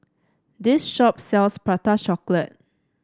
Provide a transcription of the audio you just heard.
this shop sells Prata Chocolate